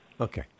Okay